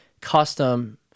custom